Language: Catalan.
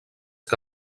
que